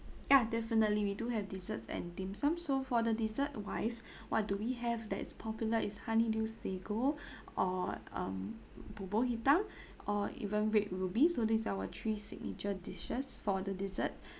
ya definitely we do have desserts and dim sum so for the dessert wise what do we have that is popular is honeydew sago or um bubur hitam or even red ruby so these our three signature dishes for the dessert